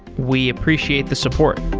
we appreciate the support